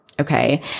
okay